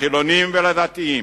לחילונים ולדתיים,